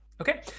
Okay